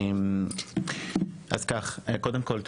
קודם כל,